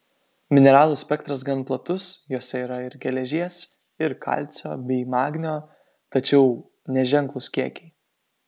mineralų spektras gan platus jose yra ir geležies ir kalcio bei magnio tačiau neženklūs kiekiai